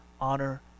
honor